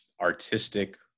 artistic